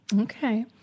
Okay